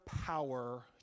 power